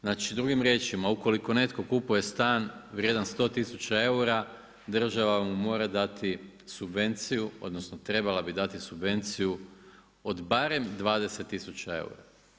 Znači, drugim riječima, ukoliko netko kupuje stan vrijedan 100 tisuća eura, država vam mora dati subvenciju, odnosno trebala bi dati subvenciju od barem 20 tisuća eura.